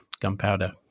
gunpowder